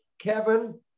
Kevin